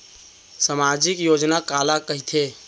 सामाजिक योजना काला कहिथे?